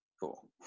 Cool